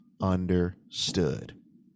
understood